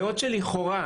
בעוד לכאורה,